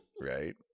right